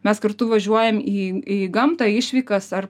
mes kartu važiuojam į į gamtą į išvykas ar